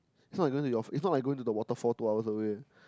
it's not it's not going to the waterfall two hours away